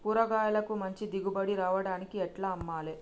కూరగాయలకు మంచి దిగుబడి రావడానికి ఎట్ల అమ్మాలే?